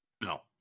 no